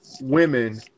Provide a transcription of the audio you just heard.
women